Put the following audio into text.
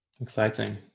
Exciting